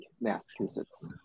Massachusetts